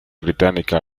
británica